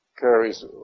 carries